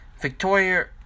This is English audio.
Victoria